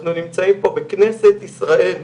אנחנו נמצאים פה בכנסת ישראל,